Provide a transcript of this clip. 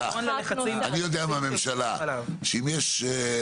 שאם יש,